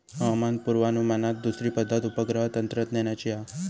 हवामान पुर्वानुमानात दुसरी पद्धत उपग्रह तंत्रज्ञानाची हा